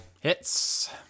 hits